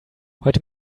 heute